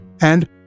and